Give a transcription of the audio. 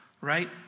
right